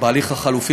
בהליך החלופי,